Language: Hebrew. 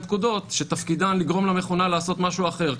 פקודות שתפקידן לגרום למכונה לעשות משהו אחר,